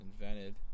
invented